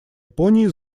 японии